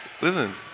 Listen